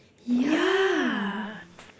yeah